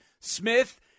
smith